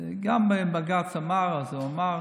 גם אם בג"ץ אמר, אז הוא אמר.